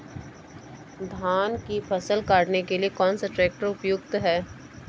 धान की फसल काटने के लिए कौन सा ट्रैक्टर उपयुक्त है?